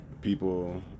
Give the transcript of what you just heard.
people